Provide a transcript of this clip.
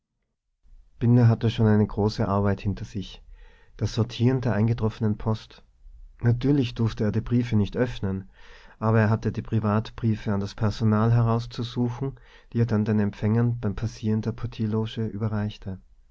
binder hatte schon eine große arbeit hinter sich das sortieren der eingetroffenen post natürlich durfte er die briefe nicht öffnen aber er hatte die privatbriefe an das personal herauszusuchen die er dann den empfängern beim passieren der portierloge überreichte